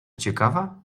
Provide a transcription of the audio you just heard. ciekawa